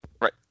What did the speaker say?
Right